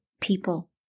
people